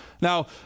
now